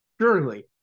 Surely